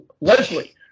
Leslie